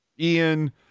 Ian